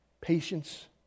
Patience